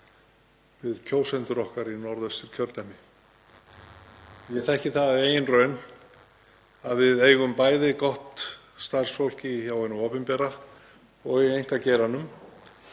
við kjósendur okkar í Norðausturkjördæmi. Ég þekki það af eigin raun að við eigum gott starfsfólk bæði hjá hinu opinbera og í einkageiranum.